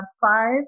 five